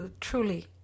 truly